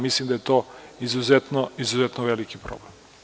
Mislim da je to izuzetno veliki problem.